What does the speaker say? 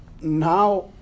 now